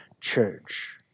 church